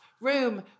room